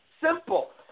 Simple